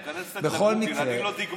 אז לכן תיכנס קצת לגוגל, אני לא דגמנתי.